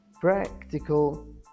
practical